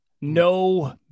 No